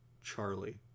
Charlie